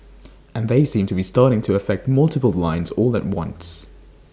and they seem to be starting to affect multiple lines all at once